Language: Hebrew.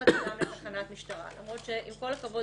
לקיחת אדם לתחנת משטרה למרות שעם כל הכבוד,